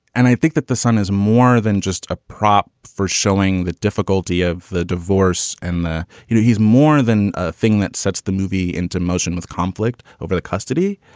and i think that the son is more than just a prop for showing the difficulty of the divorce. and, you know, he's more than a thing that sets the movie into motion with conflict over the custody.